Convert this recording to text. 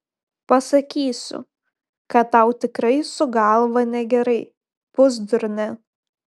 pasakysiu kad tau tikrai su galva negerai pusdurne